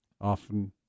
Often